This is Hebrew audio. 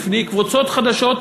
בפני קבוצות חדשות,